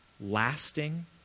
lasting